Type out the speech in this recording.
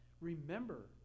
remember